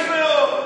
עובדי המשכן,